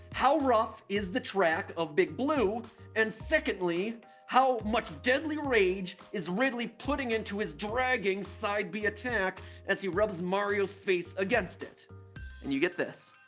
how rough is the track of big blue and secondly how much deadly rage is ridley putting into his dragging side-b attack as he rubs mario's face against it and you get this